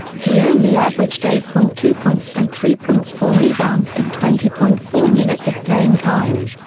he only averaged eight point two points and three point four rebounds in twenty point four minutes of playing time.